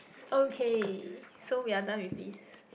okay so we are done with this